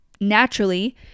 naturally